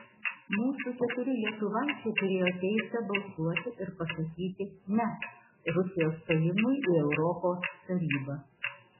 mūsų keturi lietuvaičiai turėjo teisę balsuoti ir pasakyti ne rusijos stojimui į europos tarybą